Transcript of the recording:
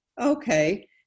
Okay